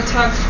talk